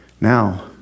Now